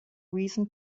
reason